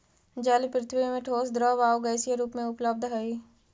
जल पृथ्वी में ठोस द्रव आउ गैसीय रूप में उपलब्ध हई